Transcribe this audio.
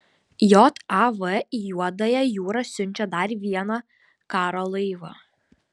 jav į juodąją jūrą siunčia dar vieną karo laivą